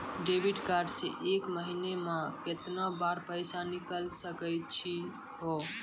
Debit card से एक महीना मा केतना बार पैसा निकल सकै छि हो?